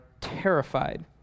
terrified